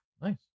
Nice